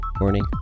morning